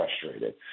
frustrated